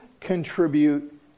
contribute